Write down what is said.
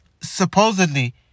supposedly